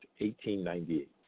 1898